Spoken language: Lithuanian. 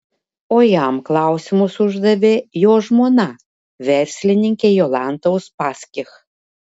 o jam klausimus uždavė jo žmona verslininkė jolanta uspaskich